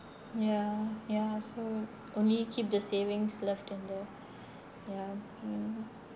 ya ya so only keep the savings left in there ya